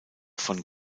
von